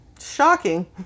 Shocking